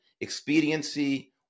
expediency